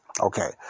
Okay